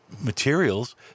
materials